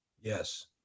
Yes